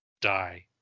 die